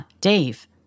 Dave